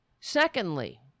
Secondly